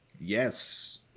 Yes